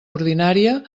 ordinària